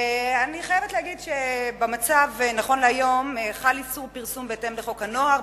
אני חייבת להגיד שבמצב נכון להיום חל איסור פרסום בהתאם לחוק הנוער,